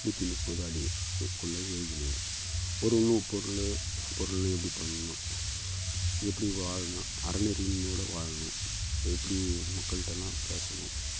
நூற்றி முப்பது அடிகள் கொண்டதை எழுதுனவர் ஒரு உணவுப் பொருள் பொருள்ன்னால் எப்படி பண்ணணும் எப்படி வாழணும் அறநெறிங்களோடு வாழணும் எப்படி மக்கள்கிட்டலாம் பேசணும்